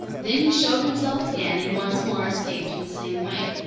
then he showed himself again and once more escaped in the same way.